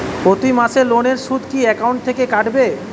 প্রতি মাসে লোনের সুদ কি একাউন্ট থেকে কাটবে?